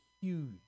huge